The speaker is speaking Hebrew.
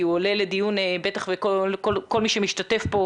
כי הוא עולה לדיון ובטח כל מי שמשתתף בו,